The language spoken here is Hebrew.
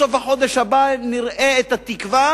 בסוף החודש הבא נראה את התקווה,